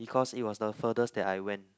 because it was the furthest that I went